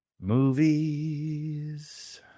Movies